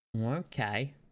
Okay